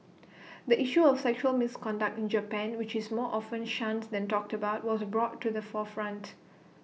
the issue of sexual misconduct in Japan which is more often shunned than talked about was brought to the forefront